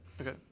Okay